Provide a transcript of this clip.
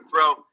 throw